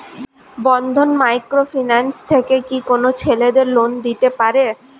বন্ধন micro finance থেকে কি কোন ছেলেদের লোন দিতে পারে?